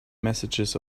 messages